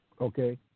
okay